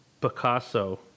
Picasso